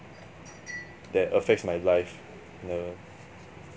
that affects my life the